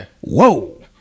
whoa